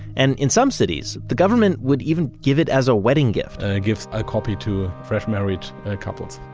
and in some cities, the government would even give it as a wedding gift and i gift a copy to freshly married couples